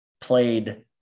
played